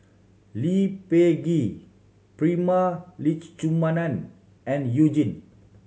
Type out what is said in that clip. Lee Peh Gee Prema Letchumanan and You Jin